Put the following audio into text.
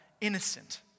innocent